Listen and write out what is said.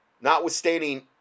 Notwithstanding